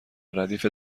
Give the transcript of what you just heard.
ردیف